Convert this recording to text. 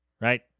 right